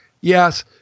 Yes